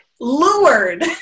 lured